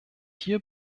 hier